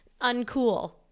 uncool